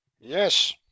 Yes